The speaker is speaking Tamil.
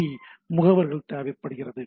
பி முகவர்கள் தேவைப்படுகிறது